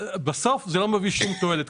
כשבסוף זה לא מביא שום תועלת,